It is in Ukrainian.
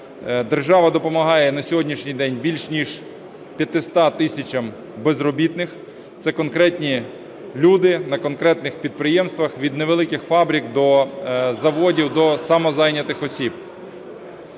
Держава допомагає на сьогоднішній день більш ніж 500 тисячам безробітних. Це конкретні люди на конкретних підприємствах, від невеликих фабрик до заводів, до самозайнятих осіб.